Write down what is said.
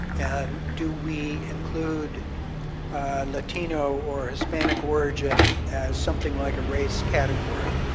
and do we include latino or hispanic origin as something like a race category?